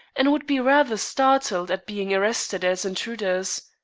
and would be rather startled at being arrested as intruders.